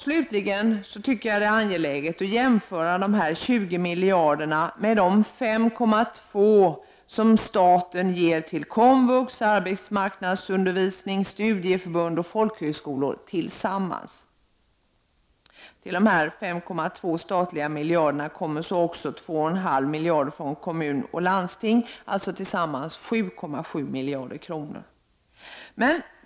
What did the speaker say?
Slutligen tycker jag att det är angeläget att jämföra dessa 20 miljarder med de 5,2 miljarder som staten ger till komvux, arbetsmarknadsundervisning, studieförbund och folkhögskolor tillsammans. Till dessa statliga miljarder kommer 2,5 miljarder från kommuner och landsting, tillsammans alltså 7,7 miljarder.